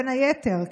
בין היתר,